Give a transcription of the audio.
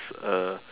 uh